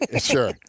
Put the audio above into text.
Sure